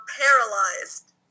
paralyzed